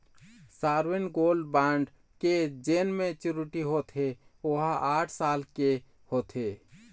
sovereign gold bond के जेन maturity होथे ओहा आठ साल के होथे